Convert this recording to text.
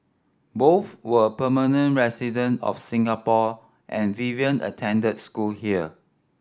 both were permanent resident of Singapore and Vivian attended school here